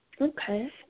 Okay